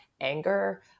anger